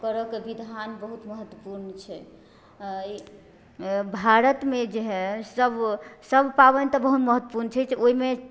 करऽके विधान बहुत महत्वपूर्ण छै भारतमे जे हइ सब सब पाबनि तऽ बहुत महत्वपूर्ण छै ओहिमे